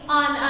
on